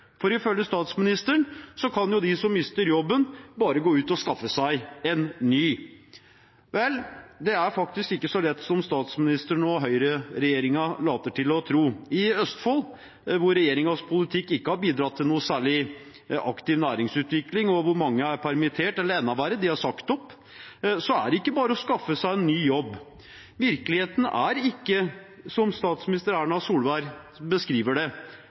for ifølge statsministeren kan jo de som mister jobben, bare gå ut og skaffe seg en ny. Vel, det er faktisk ikke så lett som statsministeren og høyreregjeringen later til å tro. I Østfold, hvor regjeringens politikk ikke har bidratt til noe særlig aktiv næringsutvikling, og hvor mange er permittert – eller enda verre, de er sagt opp – er det ikke bare å skaffe seg en ny jobb. Virkeligheten er ikke som statsminister Erna Solberg beskriver det.